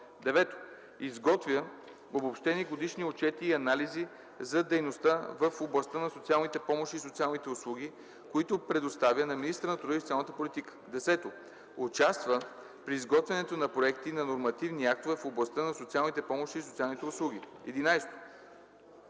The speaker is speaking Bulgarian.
9. изготвя обобщени годишни отчети и анализи за дейността в областта на социалните помощи и социалните услуги, които представя на министъра на труда и социалната политика; 10. участва при изготвянето на проекти на нормативни актове в областта на социалните помощи и социалните услуги; 11.